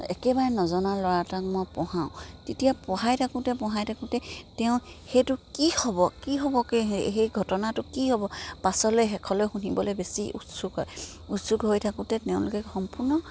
একেবাৰে নজনা ল'ৰা এটাক মই পঢ়াওঁ তেতিয়া পঢ়াই থাকোঁতে পঢ়াই থাকোঁতে তেওঁ সেইটো কি হ'ব কি হ'বকৈ সেই ঘটনাটো কি হ'ব পাছলৈ শেষলৈ শুনিবলৈ বেছি উৎসুক হয় উৎসুক হৈ থাকোঁতে তেওঁলোকে সম্পূৰ্ণ